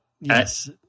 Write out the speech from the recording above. yes